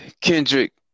Kendrick